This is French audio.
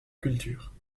culture